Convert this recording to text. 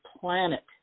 planet